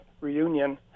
reunion